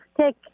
take